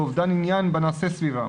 לאובדן עניין בנעשה סביבם.